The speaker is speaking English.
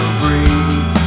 breathe